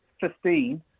Fifteen